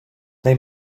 they